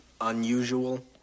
unusual